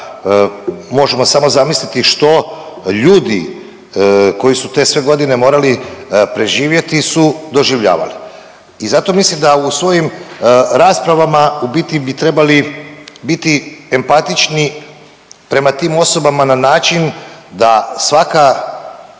Možemo samo zamisliti što ljudi koji su te sve godine morali preživjeti su doživljavali. I zato mislim da u svojim raspravama u biti bi trebali biti empatični prema tim osobama na način da svaka